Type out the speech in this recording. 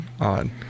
Odd